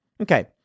Okay